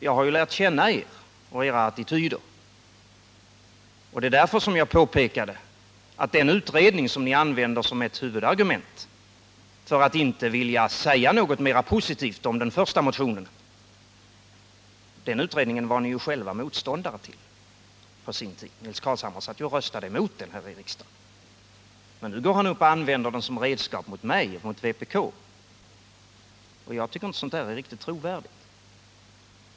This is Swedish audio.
Jag har ju lärt känna er och era attityder, och det är därför som jag påpekade att den utredning som ni använder som ett huvudargument för att inte vilja säga något mera positivt om den första motionen är en utredning som ni själva var motståndare till på sin tid. Nils Carlshamre röstade emot den här i riksdagen, men nu använder han den som redskap mot mig och mot vpk. Jag tycker inte att sådant där är riktigt trovärdigt.